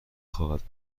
خواهد